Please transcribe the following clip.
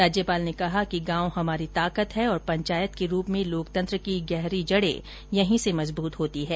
राज्यपाल ने कहा है कि गांव हमारी ताकत हैं और पंचायत के रूप में लोकतंत्र की गहरी जड़े यहीं से मजबूत होती हैं